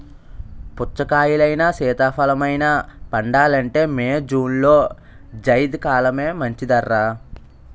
పుచ్చకాయలైనా, సీతాఫలమైనా పండాలంటే మే, జూన్లో జైద్ కాలమే మంచిదర్రా